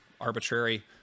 arbitrary